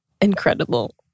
Incredible